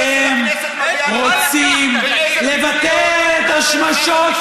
אתם רוצים לסגור את הדרך לים המלח.